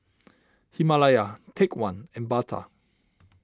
Himalaya Take one and Bata